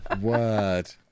word